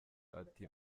ati